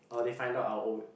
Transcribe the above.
orh they find out our own